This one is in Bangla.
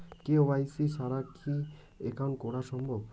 কে.ওয়াই.সি ছাড়া কি একাউন্ট করা সম্ভব?